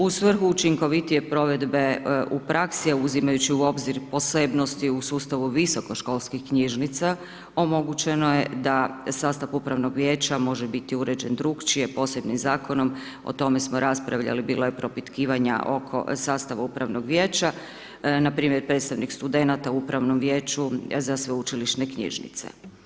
U svrhu učinkovitije provedbe u praksi je, uzimajući u obzir posebnosti u sustavu visokoškolskih knjižnica, omogućeno je da sastav Upravnog vijeća može biti uređen drukčije, posebnim Zakonom, o tome smo raspravljali, bilo je propitkivanja oko sastava Upravnog vijeća, npr. predstavnik studenata u Upravnom vijeću za Sveučilišne knjižnice.